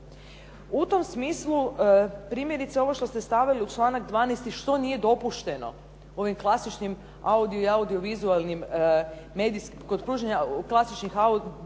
U tom smislu primjerice ovo što ste stavili uz članak 12. što nije dopušteno kod pružanja klasičnih audio i audio-vizualnim medijskih usluga u smislu